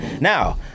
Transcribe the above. Now